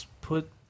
put